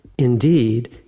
Indeed